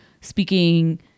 speaking